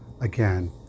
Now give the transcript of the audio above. again